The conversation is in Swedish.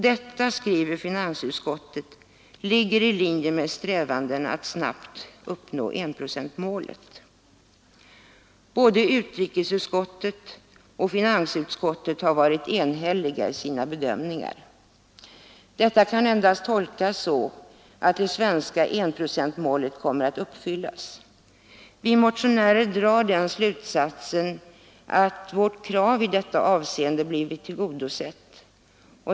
Detta, skriver finansutskottet, ligger i linje med strävanden att snabbt uppnå enprocentsmålet. Både utrikesutskottet och finansutskottet har varit enhälliga i sina bedömningar. Detta kan endast tolkas så att det svenska enprocentsmålet kommer att uppfyllas. Vi motionärer drar den slutsatsen att vårt krav i detta avseende blivit tillgodosett.